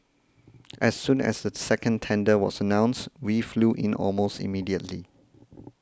as soon as the second tender was announced we flew in almost immediately